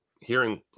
hearing